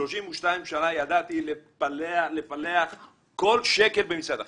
32 שנה ידעתי לפלח כל שקל במשרד החינוך.